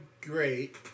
great